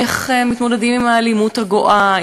איך מתמודדים עם האלימות הגואה,